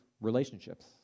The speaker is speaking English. relationships